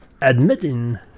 admitting